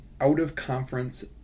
out-of-conference